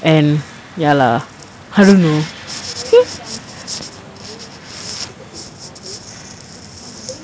and ya lah I don't know okay